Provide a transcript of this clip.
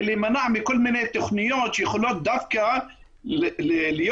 ולהימנע מכל מיני תכניות שיכולות דווקא להיות